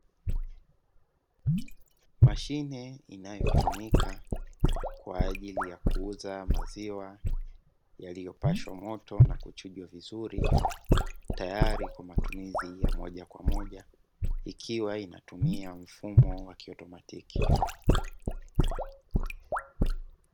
Mashine inayotumika kwa ajili ya kuuza maziwa yaliyopashwa moto na kuchujwa vizuri. Tayari kwa matumizi ya moja kwa moja ikiwa inatumia mfumo wa kiautomatiki.